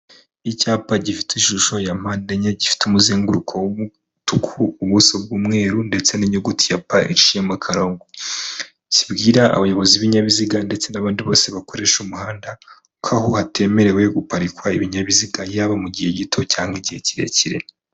Icyapa gifite ishusho ya mpande enye gifite umuzenguruko w'umutuku ubuso bw'umweru ndetse n'inyuguti ya P iciyemo akarongo, kibwira abayobozi b'ibinyabiziga ndetse n'abandi bose bakoresha umuhanda ko aho hatemerewe guparikwa ibinyabiziga yaba mu gihe gito cyangwa igihe kirekire.